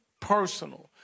personal